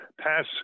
pass